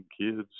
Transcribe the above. kids